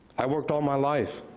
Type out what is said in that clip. i worked all my life.